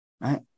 Right